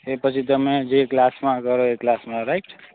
એ પછી તમે જે ક્લાસમાં કરો એ ક્લાસમાં રાઇટ